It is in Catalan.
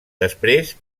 després